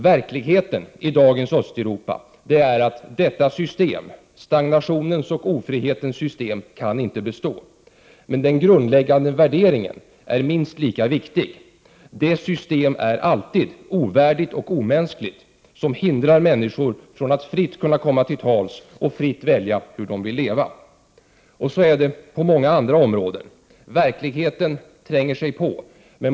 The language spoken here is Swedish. Verkligheten i dagens Östeuropa är att detta stagnationens och ofrihetens system inte kan bestå. Men den grundläggande värderingen är minst lika viktig. Det system är alltid ovärdigt och omänskligt som hindrar människor från att fritt komma till tals och fritt kunna välja hur de vill leva. Så är det på många andra områden. Verkligheten tränger sig på.